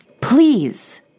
Please